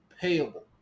payable